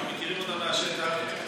אנחנו מכירים אותה מהשטח,